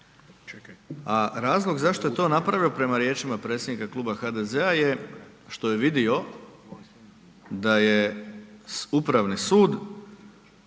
a razlog zašto je to napravio prema riječima predsjednika Kluba HDZ-a je što je vidio da je Upravni sud